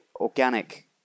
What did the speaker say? organic